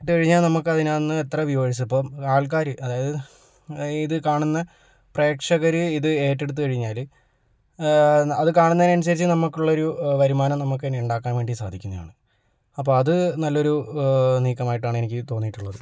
ഇട്ട് കഴിഞ്ഞാൽ നമുക്കതിനകത്തു നിന്ന് എത്ര വ്യൂവേഴ്സ് ഇപ്പം ആൾക്കാർ അതായത് ഇത് കാണുന്ന പ്രേക്ഷകർ ഇത് ഏറ്റെടുത്തു കഴിഞ്ഞാൽ അതുകാണുന്നതിന് അനുസരിച്ച് നമുക്കുള്ളൊരു വരുമാനം നമുക്കു തന്നെ ഉണ്ടാക്കാൻ വേണ്ടി സാധിക്കുന്നതാണ് അപ്പം അത് നല്ലൊരു നീക്കമായിട്ടാണ് എനിക്ക് തോന്നിയിട്ടുള്ളത്